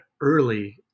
early